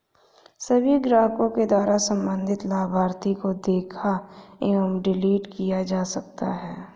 सभी ग्राहकों के द्वारा सम्बन्धित लाभार्थी को देखा एवं डिलीट किया जा सकता है